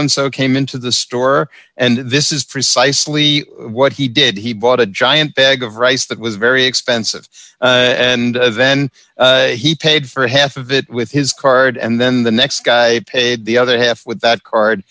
and so came into the store and this is precisely what he did he bought a giant bag of rice that was very expensive and then he paid for half of it with his card and then the next guy paid the other half with that card